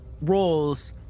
roles